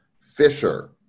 Fisher